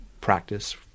practice